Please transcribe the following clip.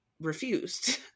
refused